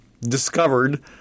discovered